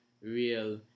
real